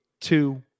two